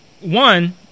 one